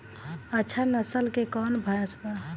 अच्छा नस्ल के कौन भैंस बा?